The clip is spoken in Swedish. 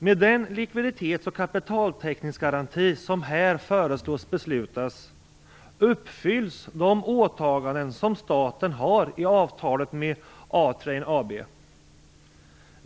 Med den likviditets och kapitaltäckningsgaranti som här föreslås uppfylls de åtaganden som staten har i avtalet med A-Train AB.